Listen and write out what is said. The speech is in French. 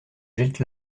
jette